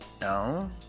No